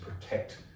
protect